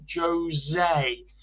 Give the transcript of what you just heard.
jose